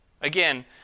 Again